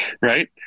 right